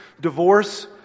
divorce